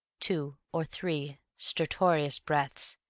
two or three stertorous breaths,